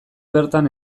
bertan